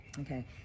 Okay